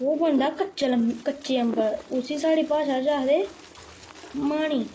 ओह् बनदा कच्चे कच्चे अम्बें दा उस्सी साढ़ी घरा दी भाशा च आखदे माह्नी